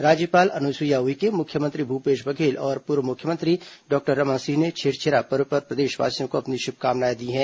राज्यपाल अनुसुईया उइके मुख्यमंत्री भूपेश बघेल और पूर्व मुख्यमंत्री डॉक्टर रमन सिंह ने छेरछेरा पर्व पर प्रदेशवासियों को अपनी शुभकामनाएं दी हैं